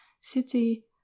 city